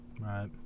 right